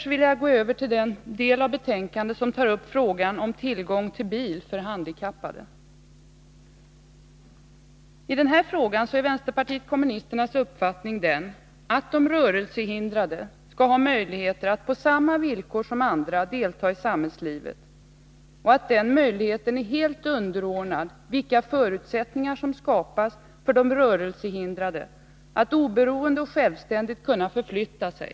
Jag vill nu gå över till den del av betänkandet som tar upp frågan om tillgång till bil för handikappade. I den här frågan är vänsterpartiet kommunisternas uppfattning att de rörelsehindrade skall ha möjligheter att på samma villkor som andra delta i samhällslivet och att den möjligheten är helt underordnad vilka förutsättningar som skapas för de rörelsehindrade att oberoende och självständigt kunna förflytta sig.